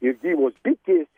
ir gyvos bitės